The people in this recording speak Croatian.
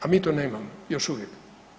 A mi to nemamo, još uvijek.